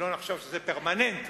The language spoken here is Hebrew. שלא נחשוב שזה פרמננטי.